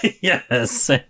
yes